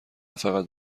فقط